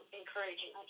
encouraging